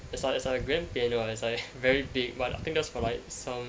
there's like there's like grand piano ah that's like very big but I think that's for like some